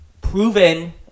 proven